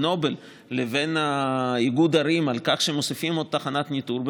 נובל לבין איגוד ערים על כך שמוסיפים עוד תחנת ניטור,